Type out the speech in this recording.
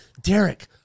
Derek